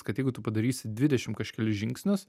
kad jeigu tu padarysi dvidešim kaškelius žingsnius